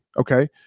Okay